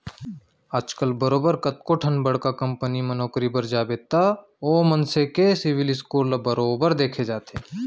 आजकल बरोबर कतको ठन बड़का कंपनी म नौकरी बर जाबे त ओ मनसे के सिविल स्कोर ल बरोबर देखे जाथे